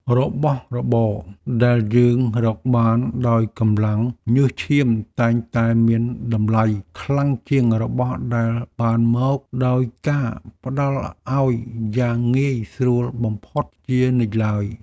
របស់របរដែលយើងរកបានដោយកម្លាំងញើសឈាមតែងតែមានតម្លៃខ្លាំងជាងរបស់ដែលបានមកដោយការផ្ដល់ឱ្យយ៉ាងងាយស្រួលបំផុតជានិច្ចឡើយ។